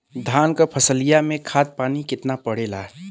धान क फसलिया मे खाद पानी कितना पड़े ला?